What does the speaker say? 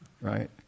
right